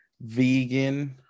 vegan